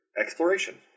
exploration